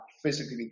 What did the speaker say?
physically